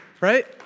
Right